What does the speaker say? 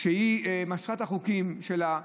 שמשכה את החוקים שלה,